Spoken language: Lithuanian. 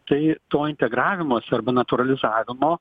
tai to integravimosi arba natūralizavimo